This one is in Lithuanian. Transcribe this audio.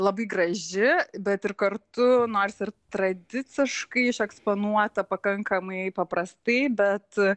labai graži bet ir kartu nors ir tradiciškai eksponuota pakankamai paprastai bet